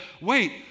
wait